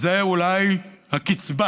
זו אולי הקצבה: